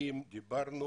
דיברנו